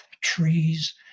trees